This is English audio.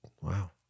Wow